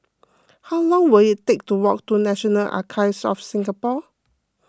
how long will it take to walk to National Archives of Singapore